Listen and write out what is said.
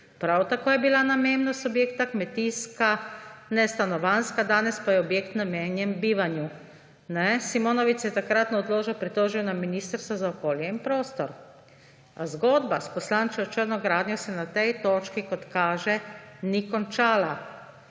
Prav tako je bila namembnost objekta kmetijska, ne stanovanjska, danes pa je objekt namenjen bivanju. Simonovič se je takrat na odločbo pritožil na Ministrstvo za okolje in prostor. A zgodba s poslančevo črno gradnjo se na tej točki, kot kaže, ni končala.